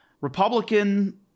Republican